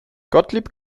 gottlieb